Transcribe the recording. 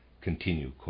continue